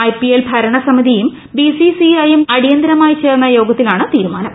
IPL ഭരണസമിതിയും BCCI യും അടിയന്തിരമായി ചേർന്ന യോഗത്തിലാണ് തീരുമാനം